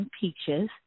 Peaches